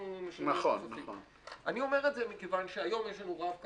אני אומר את זה מכיוון שהיום יש לנו רב קו,